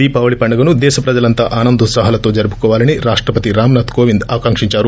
దీపావళి పండుగను దేశ ప్రజలంతా ఆనందోత్సాహాలతో జరుపుకోవాలని రాష్షపతి రామ్ నాధ్ కోవింద్ ఆకాంక్షించారు